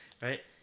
right